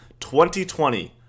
2020